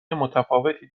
متفاوتی